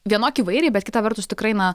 vienok įvairiai bet kita vertus tikrai na